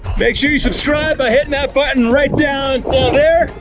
make sure you subscribe by hitting that button right down ah there.